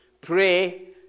pray